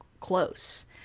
close